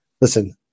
listen